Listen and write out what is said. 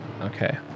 Okay